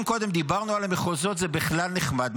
אם קודם דיברנו על המחוזות, זה בכלל נחמד.